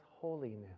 holiness